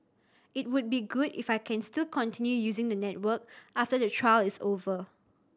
it would be good if I can still continue using the network after the trial is over